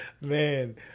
man